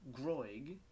Groig